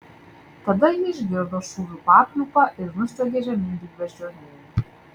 tada ji išgirdo šūvių papliūpą ir nusliuogė žemyn lyg beždžionėlė